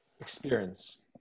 experience